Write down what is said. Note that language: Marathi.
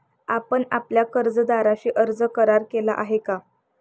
आपण आपल्या कर्जदाराशी कर्ज करार केला आहे का?